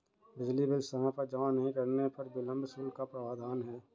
बिजली बिल समय पर जमा नहीं करने पर विलम्ब शुल्क का प्रावधान है